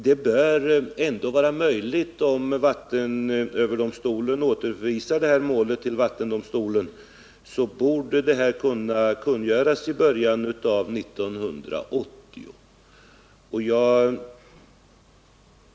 Det bör ändå vara möjligt, om vattenöverdomstolen återförvisar målet till vattendomstolen, att kungöra målet i början av 1980.